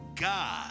God